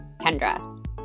Kendra